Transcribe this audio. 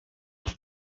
keep